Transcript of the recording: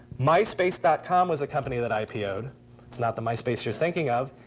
myspace dot com was a company that ipo-ed. it's not the myspace you're thinking of.